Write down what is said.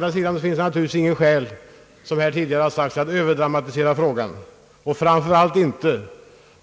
Det finns dock inte skäl, som här tidigare sagts, att överdramatisera frågan och framför allt inte